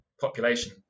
population